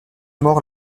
mort